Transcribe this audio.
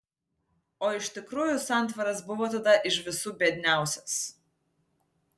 o iš tikrųjų santvaras buvo tada iš visų biedniausias